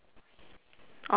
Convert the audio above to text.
orh then circle that